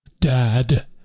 dad